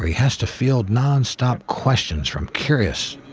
has to field non-stop questions from curious